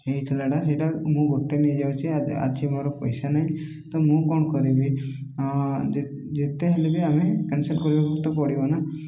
ହେଇଥିଲାଟା ସେଇଟା ମୁଁ ଗୋଟେ ନେଇଯାଉଛି ଆଜି ମୋର ପଇସା ନାହିଁ ତ ମୁଁ କଣ କରିବି ଯେତେ ହେଲେ ବି ଆମେ କ୍ୟାନସଲ କରିବାକୁ ତ ପଡ଼ିବ ନା